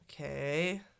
Okay